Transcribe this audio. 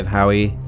Howie